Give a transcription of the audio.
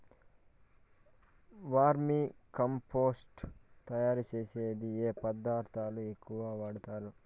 వర్మి compost తయారుచేసేకి ఏ పదార్థాలు ఎక్కువగా వాడుతారు